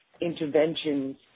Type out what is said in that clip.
interventions